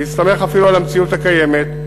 בהסתמך אפילו על המציאות הקיימת,